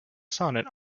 sonnet